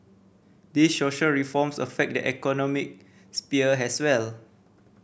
these social reforms affect the economic sphere as well